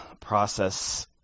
process